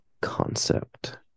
concept